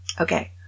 Okay